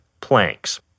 planks